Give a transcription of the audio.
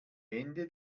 ende